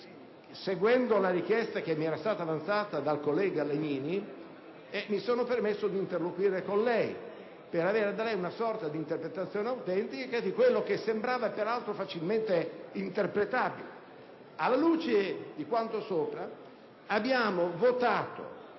seguendo la richiesta che mi era stata fatta dal collega Legnini, mi sono permesso di interloquire con lei per avere da lei una sorta di interpretazione autentica di quello che sembrava peraltro facilmente interpretabile. Alla luce di quanto sopra, abbiamo sottoposto